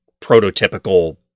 prototypical